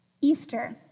Easter